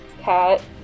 cat